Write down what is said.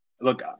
look